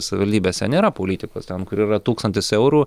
savivaldybėse nėra politikos ten kur yra tūkstantis eurų